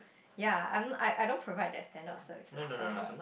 ya I'm I I don't provide that standard of services sorry